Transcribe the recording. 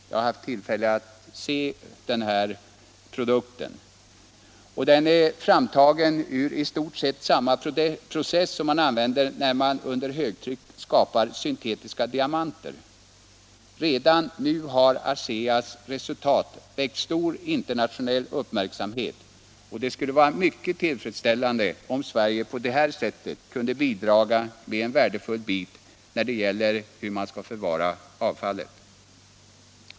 Jag har haft = tillföra kärnreaktillfälle att se denna produkt, och den är framtagen ur i stort sett samma = tor kärnbränsle, process som man använder när man under högtryck skapar syntetiska m.m. diamanter. Redan nu har ASEA:s resultat väckt stor internationell uppmärksamhet, och det skulle vara mycket tillfredsställande om Sverige på detta sätt kunde bidraga med en värdefull bit när det gäller hur man skall förvara avfallet.